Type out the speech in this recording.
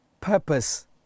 Purpose